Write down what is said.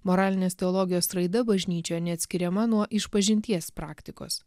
moralinės teologijos raida bažnyčioje neatskiriama nuo išpažinties praktikos